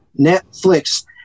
Netflix